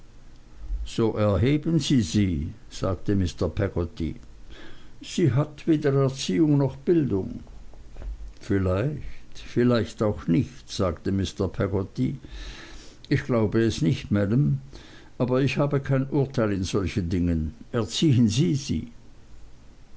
so erheben sie sie sagte mr peggotty sie hat weder erziehung noch bildung vielleicht vielleicht auch nicht sagte mr peggotty ich glaube es nicht maam aber ich habe kein urteil in solchen dingen erziehen sie sie